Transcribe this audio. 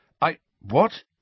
I—what